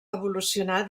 evolucionà